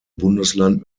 bundesland